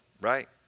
right